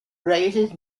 raises